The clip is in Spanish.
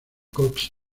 cox